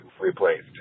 replaced